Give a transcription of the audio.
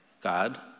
God